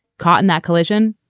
caught in that collision,